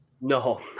No